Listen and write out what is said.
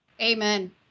Amen